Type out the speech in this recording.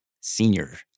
senior